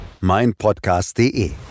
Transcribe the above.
meinpodcast.de